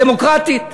דמוקרטית.